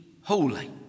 holy